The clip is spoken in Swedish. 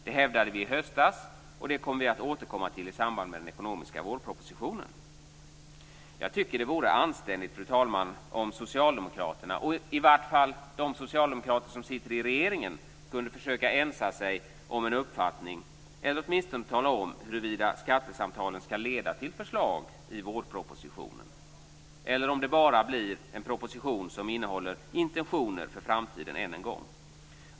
Det hävdade vi i höstas, och det kommer vi att återkomma till i samband med den ekonomiska vårpropositionen. Jag tycker att det vore anständigt, fru talman, om socialdemokraterna - i varje fall de socialdemokrater som sitter i regeringen - kunde försöka ensa sig om en uppfattning, eller åtminstone tala om huruvida skattesamtalen skall leda till förslag i vårpropositionen eller om det än en gång bara blir en proposition som innehåller intentioner för framtiden.